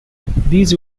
these